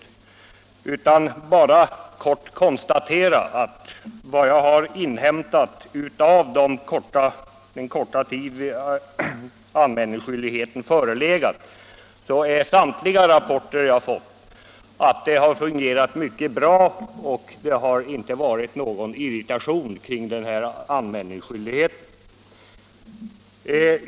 Jag vill bara kort konstatera att enligt samtliga rapporter som jag fått under den korta tid som anmälningsskyldigheten förelegat har det fungerat mycket bra, och det har inte varit någon irritation kring denna anmälningsskyldighet.